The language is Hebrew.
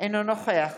אינו נוכח